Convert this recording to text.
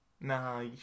Nah